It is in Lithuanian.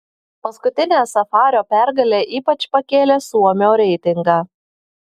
paskutinė safario pergalė ypač pakėlė suomio reitingą